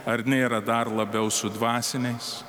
ar nėra dar labiau su dvasiniais